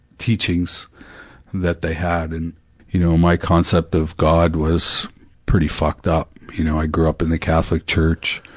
teachings that they had, and you know, my concept of god, was pretty fucked up. you know, i grew up in the catholic church,